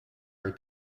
are